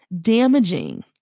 damaging